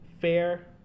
fair